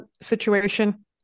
situation